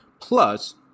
plus